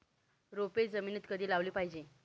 रोपे जमिनीत कधी लावली पाहिजे?